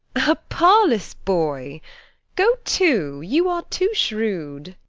a parlous boy go to, you are too shrewd.